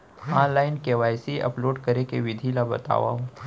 Online KYC upload करे के विधि ला बतावव?